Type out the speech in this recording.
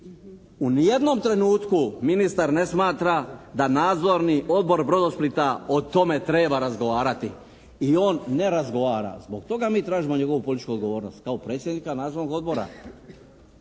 U ni jednom trenutku ministar ne smatra da nadzorni odbor “Brodosplita“ o tome treba razgovarati i on ne razgovara. Zbog toga mi tražimo njegovu političku odgovornost kao predsjednika nadzornog odbora.